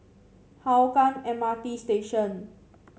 Hougang M R T Station